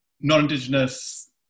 non-indigenous